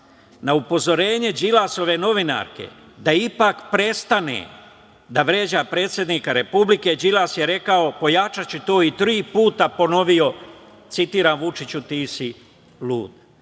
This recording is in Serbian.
Na upozorenje Đilasove novinarke da ipak prestane da vređa predsednika Republike, Đilas je rekao pojačaću to i tri puta ponovio: „Vučiću, ti si lud“.